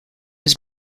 was